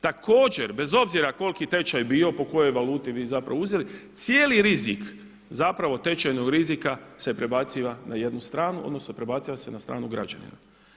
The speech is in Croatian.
Također bez obzira koliki tečaj bio po kojoj valuti vi zapravo uzeli, cijeli rizik zapravo tečaj rizika se prebaciva na jednu stranu, odnosno prebaciva se na stranu građanina.